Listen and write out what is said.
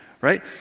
right